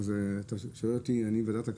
אתה שואל אותי על ועדת הכלכלה,